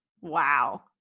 Wow